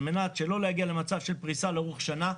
על מנת שלא להגיע למצב של פריסה לאורך שנה.